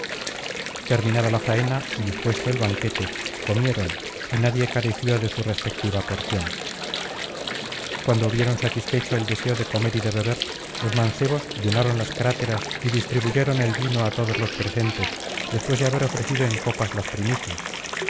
terminada la faena y dispuesto el banquete comieron y nadie careció de su respectiva porción cuando hubieron satisfecho el deseo de comer y de beber los mancebos llenaron las cráteras y distribuyeron el vino á todos los presentes después de haber ofrecido en copas las primicias